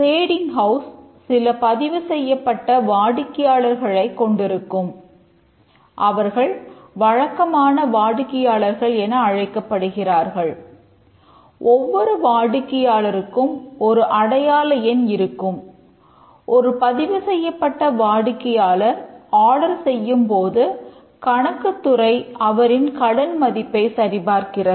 threading house செய்யும் போது கணக்குத்துறை அவரின் கடன் மதிப்பைச் சரிபார்க்கிறது